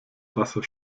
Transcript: wasser